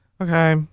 okay